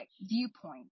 viewpoint